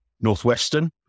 Northwestern